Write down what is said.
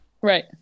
Right